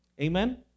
Amen